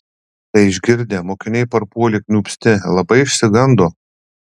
tai išgirdę mokiniai parpuolė kniūpsti labai išsigando